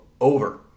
over